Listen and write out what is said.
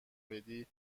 بدی